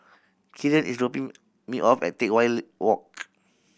Killian is dropping me off at Teck Whye Walk